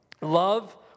Love